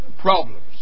problems